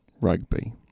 rugby